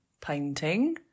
painting